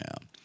now